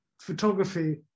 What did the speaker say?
photography